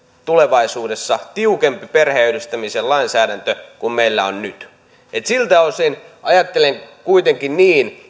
tulevaisuudessa tiukempi perheenyhdistämisen lainsäädäntö kuin meillä on nyt että siltä osin ajattelen kuitenkin niin